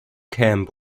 camp